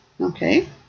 Okay